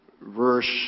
verse